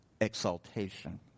exaltation